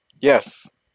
yes